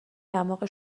دماغ